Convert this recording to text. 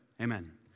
amen